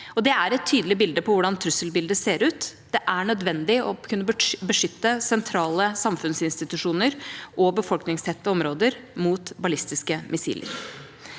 Det er et tydelig bilde på hvordan trusselbildet ser ut. Det er nødvendig å kunne beskytte sentrale samfunnsinstitusjoner og befolkningstette områder mot ballistiske missiler.